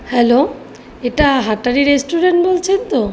hello এটা হাটারি restaurant বলছেন তো